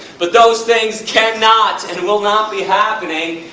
but those things cannot and will not be happening,